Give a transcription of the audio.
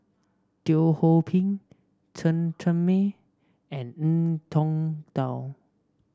Teo Ho Pin Chen Cheng Mei and Ngiam Tong Dow